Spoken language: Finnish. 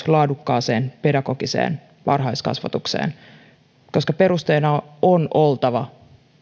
laadukkaaseen pedagogiseen varhaiskasvatukseen koska perusteena on oltava